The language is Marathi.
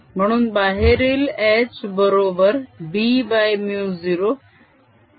म्हणून बाहेरील H बरोबर Bμ0